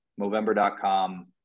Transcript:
Movember.com